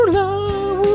love